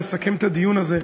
נסכם את הדיון הזה.